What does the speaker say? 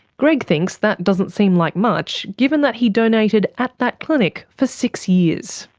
greg thinks that doesn't seem like much, given that he donated at that clinic for six years.